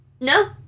No